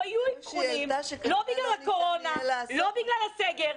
לא יהיו אבחונים, לא בגלל הקורונה, לא בגלל הסגר.